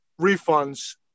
refunds